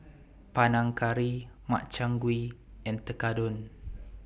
Panang Curry Makchang Gui and Tekkadon